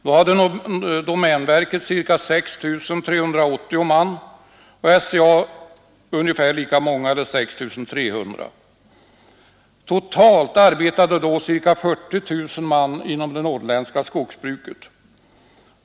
Då hade domänverket ca 6 380 man och SCA ungefär lika många eller 6 300. Totalt arbetade då ca 40 000 man inom det norrländska skogsbruket.